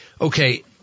Okay